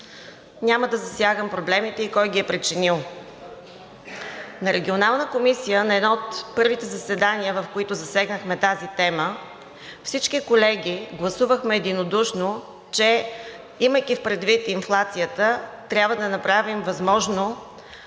Няма да засягам проблемите и кой ги е причинил. На Регионална комисия на едно от първите заседания, в които засегнахме тази тема, всички колеги гласувахме единодушно, че, имайки предвид инфлацията, трябва да направим възможно